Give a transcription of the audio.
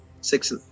Six